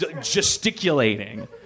gesticulating